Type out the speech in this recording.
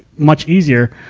much easier.